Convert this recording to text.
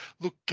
look